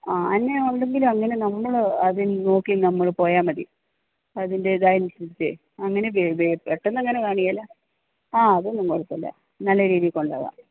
ആ ആന ഉണ്ടെങ്കിൽ അങ്ങനെ നമ്മൾ അത് നോക്കി നമ്മൾ പോയാൽ മതി അതിൻ്റെ ഇത് അനുസരിച്ചു അങ്ങനെ പെട്ടന്ന് അങ്ങനെ കാണുകയില്ല ആ അതൊന്നും കുഴപ്പമില്ല നല്ല രീതിയിൽ കൊണ്ടു പോവാം